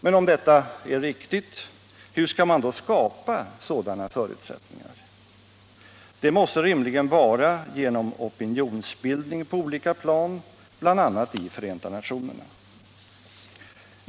Men om detta är riktigt, hur skall man då skapa sådana förutsättningar? Det måste rimligen vara genom opinionsbildning på olika plan, bl.a. i Förenta nationerna.